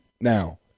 Now